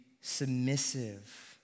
submissive